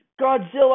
Godzilla